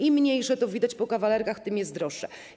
Im jest mniejsze - to widać po kawalerkach - tym jest droższe.